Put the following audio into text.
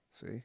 see